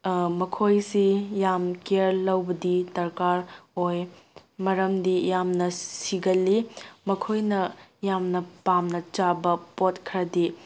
ꯃꯈꯣꯏꯁꯤ ꯌꯥꯝ ꯀꯤꯌ꯭ꯔ ꯂꯧꯕꯗꯤ ꯗ꯭ꯔꯀꯥꯔ ꯑꯣꯏ ꯃꯔꯝꯗꯤ ꯌꯥꯝꯅ ꯁꯤꯒꯜꯂꯤ ꯃꯈꯣꯏꯅ ꯌꯥꯝꯅ ꯄꯥꯝꯅ ꯆꯥꯕ ꯄꯣꯠ ꯈꯔꯗꯤ